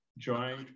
Join